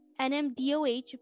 NMDOH